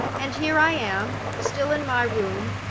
and here i am, still in my room,